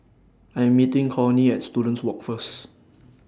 I Am meeting Cornie At Students Walk First